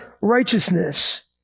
righteousness